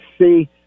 see